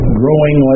growing